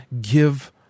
give